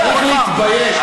צריך להתבייש.